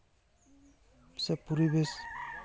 ᱥᱮ ᱯᱚᱨᱤᱵᱮᱥ